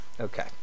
Okay